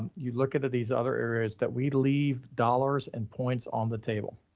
you look at these other areas that we leave dollars and points on the table.